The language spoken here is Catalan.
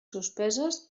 suspeses